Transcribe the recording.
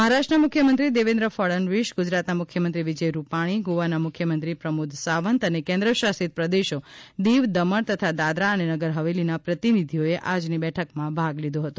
મહારાષ્ટ્રના મુખ્યમંત્રી દેવેન્દ્ર ફડણવીસ ગુજરાતના મુખ્યમંત્રી વિજય રૂપાણી ગોવાના મુખ્યમંત્રી પ્રમોદ સાવંત અને કેન્દ્ર શાસિત પ્રદેશો દીવ દમણ તથા દાદરા અને નગર હવેલીના પ્રતિનિધીઓએ આજની બેઠકમાં ભાગ લીધી હતો